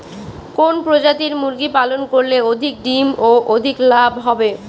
কোন প্রজাতির মুরগি পালন করলে অধিক ডিম ও অধিক লাভ হবে?